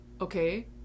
Okay